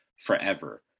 forever